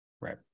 Right